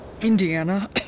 Indiana